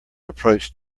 approach